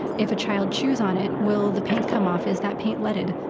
if a child chews on it, will the paint come off? is that paint leaded?